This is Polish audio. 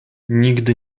nigdy